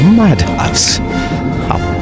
madhouse